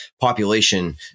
population